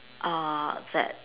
err that